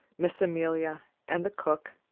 miss amelia and the cook.